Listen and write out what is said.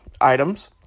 items